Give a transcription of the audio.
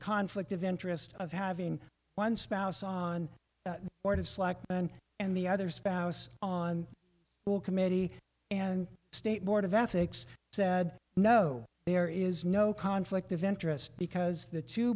conflict of interest of having one spouse on the board of selectmen and the other spouse on will committee and state board of ethics said no there is no conflict of interest because the two